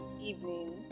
evening